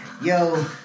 yo